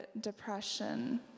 depression